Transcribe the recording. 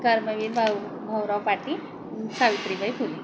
Karmaveer Bhau Bhaurao Patil Savitribai Phule